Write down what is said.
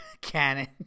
cannon